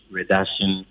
Reduction